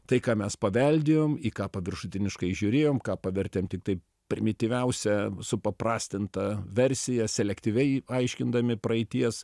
tai ką mes paveldėjom į ką paviršutiniškai žiūrėjom ką pavertėm tiktai primityviausia supaprastinta versija selektyviai aiškindami praeities